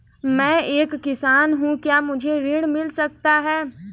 मैं एक किसान हूँ क्या मुझे ऋण मिल सकता है?